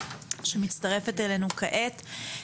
שמצטרפת אלינו כעת,